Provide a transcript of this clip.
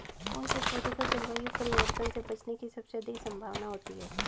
कौन से पौधे को जलवायु परिवर्तन से बचने की सबसे अधिक संभावना होती है?